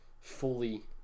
fully